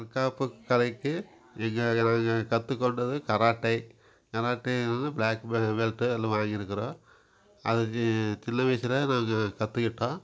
தற்காப்பு கலைக்கு இங்கே நாங்கள் கற்றுக்கொள்றது கராத்டே கராத்டேல பிளாக் பெல்ட்டு அதெல்லாம் வாங்கியிருக்குறோம் அதுக்கு சின்ன வயதில் நாங்கள் கற்றுக்கிட்டோம்